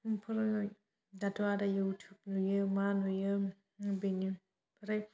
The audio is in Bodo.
ओमफ्राय दाथ' आरो इउटुब नुयो मा नुयो बेनिफ्राय